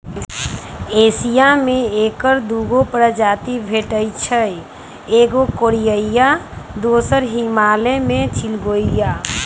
Asia में ऐकर दू गो प्रजाति भेटछइ एगो कोरियाई आ दोसर हिमालय में चिलगोजा